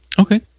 Okay